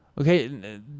Okay